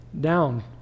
down